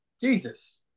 Jesus